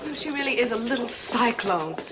she really is a little cyclone.